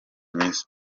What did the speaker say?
myiza